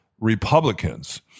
republicans